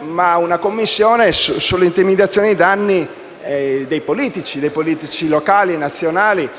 ma una Commissione sulle intimidazioni ai danni dei politici nazionali o locali.